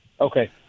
Okay